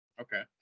Okay